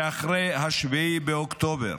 שאחרי 7 באוקטובר